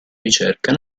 ricerca